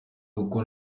kuko